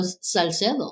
Salcedo